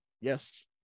Yes